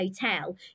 hotel